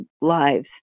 lives